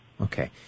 Okay